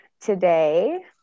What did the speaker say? today